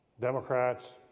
Democrats